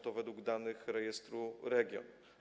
To według danych rejestru REGON.